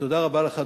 תודה רבה לך,